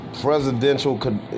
presidential